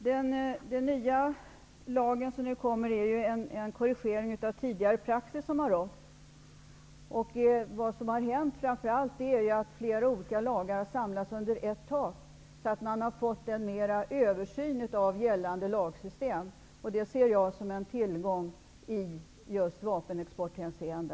Herr talman! Den nya lag som nu kommer innebär ju en korrigering av den praxis som tidigare har rått. Vad som framför allt har hänt är att flera olika lagar har samlats under ett tak, så att man har fått bättre översyn av gällande lagsystem. Det ser jag som en tillgång i bl.a. vapenexporthänseende.